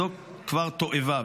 זו כבר תועבה.